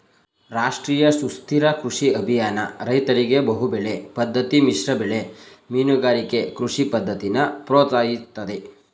ರಾಷ್ಟ್ರೀಯ ಸುಸ್ಥಿರ ಕೃಷಿ ಅಭಿಯಾನ ರೈತರಿಗೆ ಬಹುಬೆಳೆ ಪದ್ದತಿ ಮಿಶ್ರಬೆಳೆ ಮೀನುಗಾರಿಕೆ ಕೃಷಿ ಪದ್ದತಿನ ಪ್ರೋತ್ಸಾಹಿಸ್ತದೆ